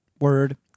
Word